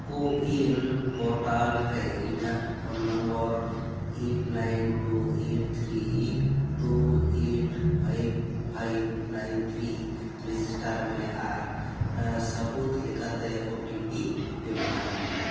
ᱠᱳᱼᱩᱭᱤᱱ ᱯᱳᱨᱴᱟᱞᱨᱮ ᱤᱧᱟᱹᱜ phone number eight nine two eight three two eight five five nine three register ᱢᱮ ᱟᱨ ᱥᱟᱹᱵᱩᱛ ᱞᱮᱠᱟᱛᱮ ᱳ ᱴᱤ ᱯᱤ ᱵᱮᱵᱚᱦᱟᱨᱢᱮ